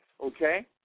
okay